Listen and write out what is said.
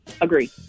Agree